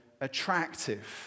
attractive